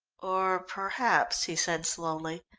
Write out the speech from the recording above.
or perhaps, he said slowly,